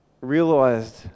realized